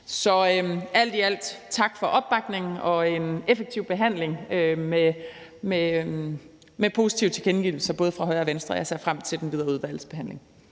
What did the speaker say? vil jeg sige tak for opbakningen og en effektiv behandling med positive tilkendegivelser fra både højre og venstre. Jeg ser frem til den videre udvalgsbehandling.